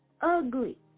ugly